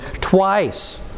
twice